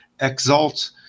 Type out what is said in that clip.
exalt